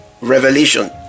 revelation